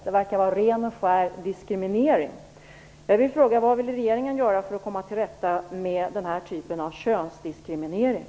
Det verkar vara ren och skär diskriminering.